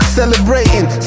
celebrating